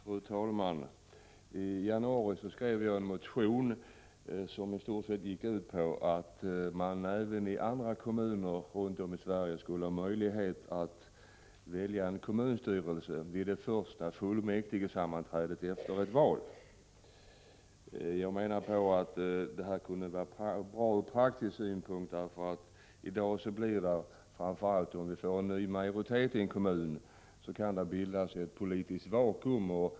Fru talman! I januari skrev jag en motion, som i stort sett gick ut på att man även i andra kommuner runt om i Sverige skulle ha möjlighet att välja en kommunstyrelse vid det första fullmäktigesammanträdet efter ett val. Jag menar att detta kunde vara bra ur praktisk synpunkt. I dag är det så, framför allt om vi får en ny majoritet i en kommun, att det kan bildas ett politiskt vakuum.